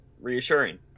reassuring